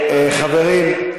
חברים,